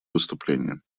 выступление